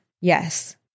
Yes